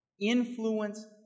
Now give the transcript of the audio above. influence